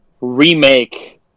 remake